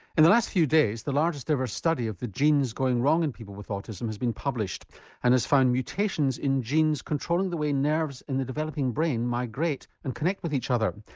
in the last few days the largest ever study of the genes going wrong in people with autism has been published and has found mutations in genes controlling the way nerves in the developing brain migrate and connect with each other.